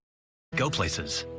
go places.